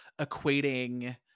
equating